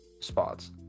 spots